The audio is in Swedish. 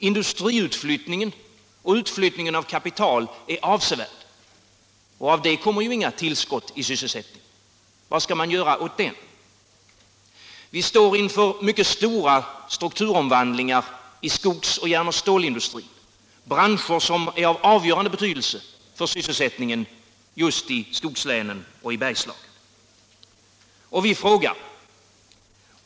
Industriutflyttningen och utflyttningen av kapital är avsevärd, och härav kommer det ju inga tillskott till sysselsättningen. Vad skall man göra åt den? Vi står inför mycket stora strukturomvandlingar inom skogsindustrin och inom järn och stålindustrin, branscher som är av avgörande betydelse för sysselsättningen i just skogslänen och Bergslagen.